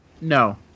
No